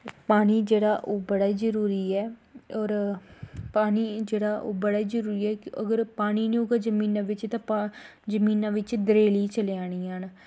पानी जेह्ड़ा ओह् बड़ा ई जरूरी ऐ होर पानी जेह्ड़ा बड़ा जरूरी ऐ अगर पानी निं होगा जमीनै बिच्च ते जमीना बिच्च दरेलीं चली जानियां न